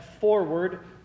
forward